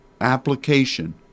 application